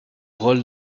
rôle